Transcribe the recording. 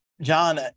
John